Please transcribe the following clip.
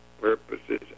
purposes